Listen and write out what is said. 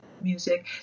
Music